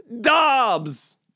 Dobbs